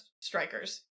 Strikers